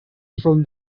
from